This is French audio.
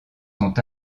sont